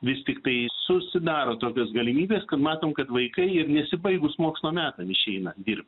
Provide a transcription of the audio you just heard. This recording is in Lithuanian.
vis tiktai susidaro tokios galimybės kad matom kad vaikai ir nesibaigus mokslo metam išeina dirbt